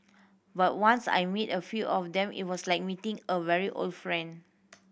but once I met a few of them it was like meeting a very old friend